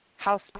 House